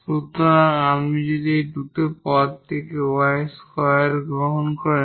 সুতরাং যদি আপনি এই দুটি পদ থেকে y স্কোয়ার গ্রহণ করেন